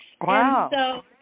Wow